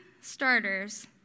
starters